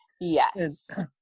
yes